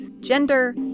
gender